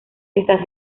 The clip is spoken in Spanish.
está